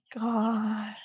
God